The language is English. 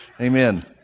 Amen